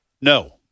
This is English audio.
No